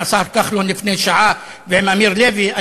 עם השר כחלון ועם אמיר לוי לפני שעה.